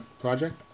project